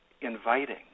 inviting